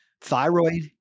Thyroid